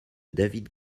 david